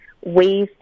ways